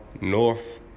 north